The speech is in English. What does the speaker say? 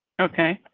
okay,